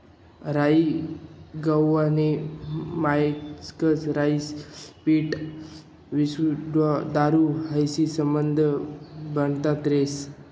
राई गहूना मायेकच रहास राईपाईन पीठ व्हिस्की व्होडका दारू हायी समधं बनाडता येस